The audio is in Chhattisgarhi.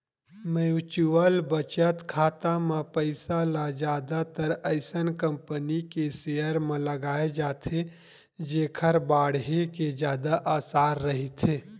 म्युचुअल बचत खाता म पइसा ल जादातर अइसन कंपनी के सेयर म लगाए जाथे जेखर बाड़हे के जादा असार रहिथे